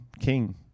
king